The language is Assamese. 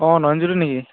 অঁ নয়নজ্যোতি নেকি